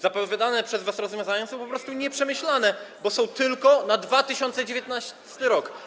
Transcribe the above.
Zapowiadane przez was rozwiązania są po prostu nieprzemyślane, bo są tylko na 2019 r.